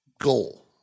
Goal